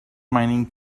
mining